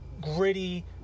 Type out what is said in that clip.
gritty